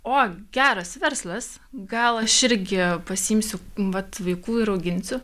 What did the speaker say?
o geras verslas gal aš irgi pasiimsiu vat vaikų ir auginsiu